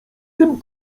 tym